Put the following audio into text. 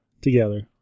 together